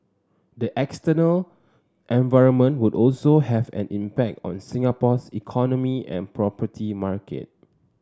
the external environment would also have an impact on Singapore's economy and property market